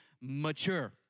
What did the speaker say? mature